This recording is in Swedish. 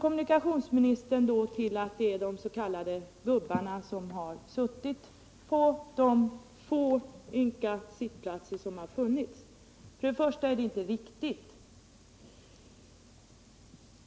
Kommunikationsministern återkommer till att det är de s.k. gubbarna som har suttit på de ynka sittplatser som funnits. För det första är det inte riktigt.